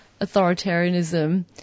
authoritarianism